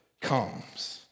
comes